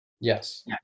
Yes